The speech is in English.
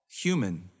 human